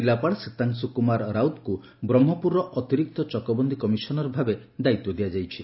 ଜିଲ୍ଲାପାଳ ସୀତାଂଶୁ କୁମାର ରାଉତଙ୍କୁ ବ୍ରହ୍କପୁରର ଅତିରିକ୍ତ ଚକବନ୍ଦୀ କମିସନର ଭାବେ ଦାୟିତ୍ୱ ଦିଆଯାଇଛି